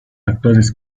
actores